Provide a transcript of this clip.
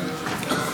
שלו.